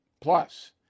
Plus